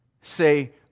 Say